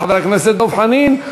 חבר הכנסת דב חנין,